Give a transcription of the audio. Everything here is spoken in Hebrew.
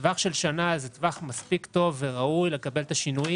טווח של שנה הוא טווח מספיק טוב וראוי לקבל את השינויים.